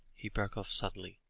he broke off suddenly,